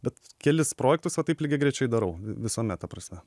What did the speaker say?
bet kelis projektus va taip lygiagrečiai darau visuomet ta prasme